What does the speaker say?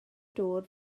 dŵr